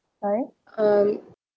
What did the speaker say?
sorry um